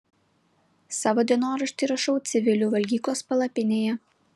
savo dienoraštį rašau civilių valgyklos palapinėje